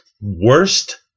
Worst